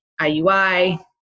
IUI